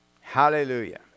Hallelujah